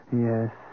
Yes